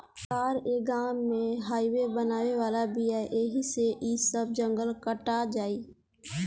सरकार ए गाँव में हाइवे बनावे वाला बिया ऐही से इ सब जंगल कटा जाई